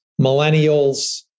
Millennials